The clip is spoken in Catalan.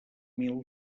mil